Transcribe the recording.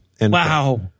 Wow